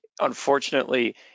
Unfortunately